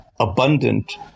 abundant